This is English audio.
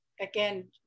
again